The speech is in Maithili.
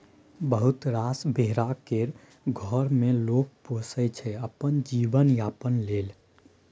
बहुत रास भेरा केँ घर मे लोक पोसय छै अपन जीबन यापन लेल